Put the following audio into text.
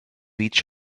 each